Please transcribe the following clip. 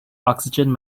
oxygen